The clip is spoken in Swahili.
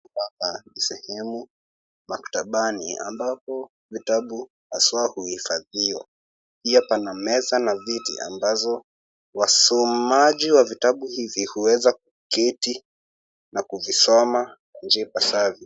Hapa ni sehemu maktabani ambapo vitabu haswa uhifadhiwa pia pana meza na viti ambazo wasomaji wa vitabu hivi huweza kuketi na kuvisoma njia ipasavyo.